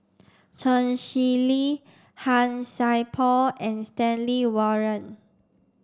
Chen Shiji Han Sai Por and Stanley Warren